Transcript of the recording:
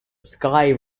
sky